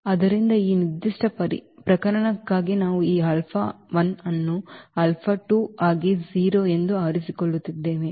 ಆದ್ದರಿಂದ ಈ ನಿರ್ದಿಷ್ಟ ಪ್ರಕರಣಕ್ಕಾಗಿ ನಾವು ಈ ಅನ್ನು ಆಗಿ 0 ಎಂದು ಆರಿಸಿಕೊಳ್ಳುತ್ತಿದ್ದೇವೆ